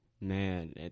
Man